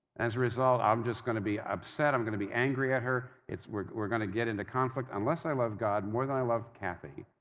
as a result, i'm just going to be upset, i'm going to be angry at her, we're we're going to get into conflict. unless i love god more than i love kathy,